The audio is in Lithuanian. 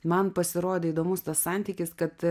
man pasirodė įdomus tas santykis kad